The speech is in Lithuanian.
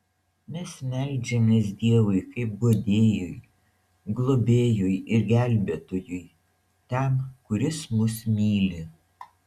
mes meldžiamės dievui kaip guodėjui globėjui ir gelbėtojui tam kuris mus myli